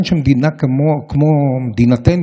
בלבד, ואין צורך בהצבעה.